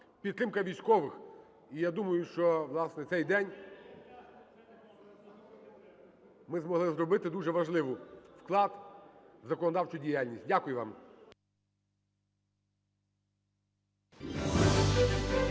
підтримка військових. І, я думаю, що, власне, в цей день ми змогли зробити дуже важливий вклад у законодавчу діяльність. Дякую вам.